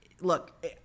look